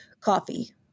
coffee